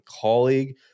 colleague